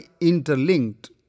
interlinked